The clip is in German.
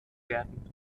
werden